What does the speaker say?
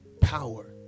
power